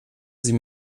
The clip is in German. sie